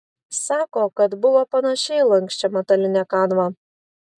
sako kad buvo panaši į lanksčią metalinę kanvą